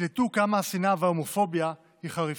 תקלטו כמה השנאה וההומופוביה היא חריפה.